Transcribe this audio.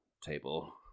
table